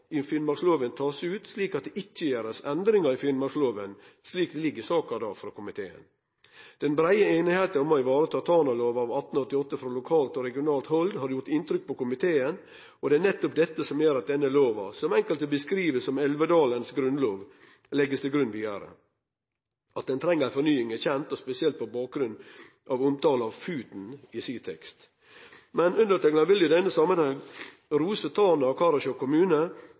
ut, slik at det ikkje blir gjort endringar i finnmarksloven – og slik ligg saka i komiteen. Den breie einigheita om å vidareføre Tanaloven av 1888 frå lokalt og regionalt hald har gjort inntrykk på komiteen, og det er nettopp dette som gjer at denne loven, som enkelte beskriv som elvedalens grunnlov, blir lagd til grunn vidare. At han treng ei fornying er kjent, spesielt på bakgrunn av omtalen av «futen» i si tekst. Eg vil i denne samanhengen gi ros til Tana kommune og Karasjok kommune